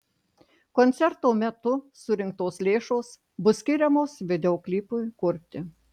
koncerto metu surinktos lėšos bus skiriamos videoklipui kurti